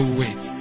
wait